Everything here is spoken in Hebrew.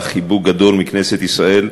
חיבוק גדול מכנסת ישראל,